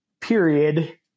period